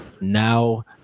now